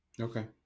Okay